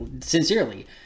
sincerely